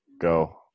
go